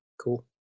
Cool